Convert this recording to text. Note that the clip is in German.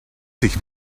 sich